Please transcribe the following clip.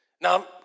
Now